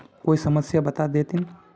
कोई समस्या बता देतहिन?